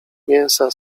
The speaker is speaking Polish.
mięsa